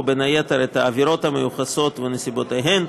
ובין היתר את העבירות המיוחסות ונסיבותיהן,